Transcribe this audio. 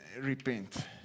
Repent